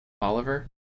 Oliver